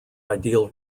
ideal